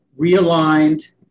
realigned